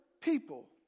people